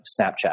Snapchat